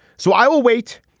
so i will wait.